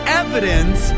evidence